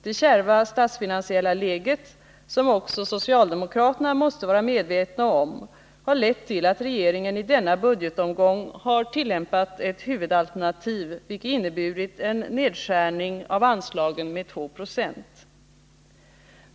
Det kärva statsfinansiella läget, som också socialdemokraterna måste vara medvetna om, har lett till att regeringen i denna budgetomgång har tillämpat ett huvudalternativ, vilket inneburit en nedskärning av anslagen med 2 Ze.